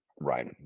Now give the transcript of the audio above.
Right